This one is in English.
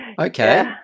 okay